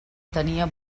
tenia